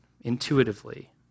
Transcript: intuitively